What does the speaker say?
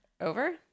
over